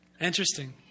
Interesting